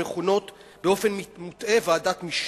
שמכונות באופן מוטעה ועדת משנה.